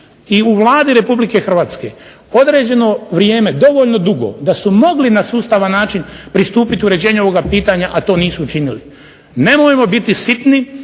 i u Vladi Republike Hrvatske određeno vrijeme dovoljno dugo da su mogli na sustavan način pristupiti uređenju ovoga pitanja a to nisu učinili. Nemojmo biti sitni,